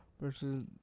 versus